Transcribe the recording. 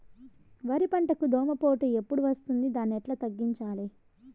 వరి పంటకు దోమపోటు ఎప్పుడు వస్తుంది దాన్ని ఎట్లా తగ్గించాలి?